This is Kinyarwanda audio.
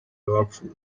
abapfuye